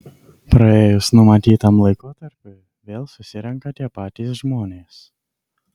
praėjus numatytam laikotarpiui vėl susirenka tie patys žmonės